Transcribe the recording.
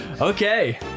Okay